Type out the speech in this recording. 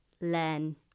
learn